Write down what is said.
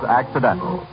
accidental